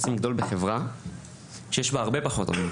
עושים גדול בחברה שיש בה הרבה פחות עוני,